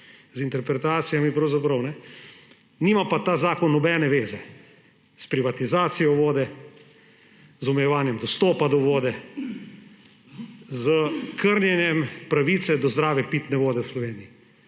z interpretacijami pravzaprav. Nima pa ta zakon nobene veze s privatizacijo vode, z omejevanjem dostopa do vode, s krnjenjem pravice do zdrave pitne vode v Sloveniji